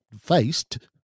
faced